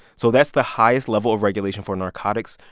so that's the highest level of regulation for narcotics.